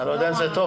אם אפשר,